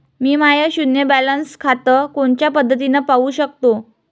मी माय शुन्य बॅलन्स खातं कोनच्या पद्धतीनं पाहू शकतो?